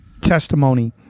testimony